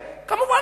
כמובן,